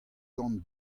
gant